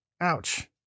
Ouch